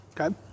okay